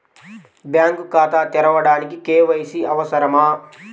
Bank ఖాతా తెరవడానికి KYC అవసరమా?